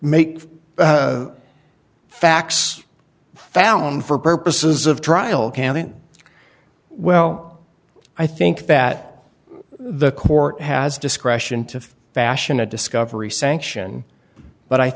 make facts found for purposes of trial cannon well i think that the court has discretion to fashion a discovery sanction but i